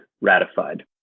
ratified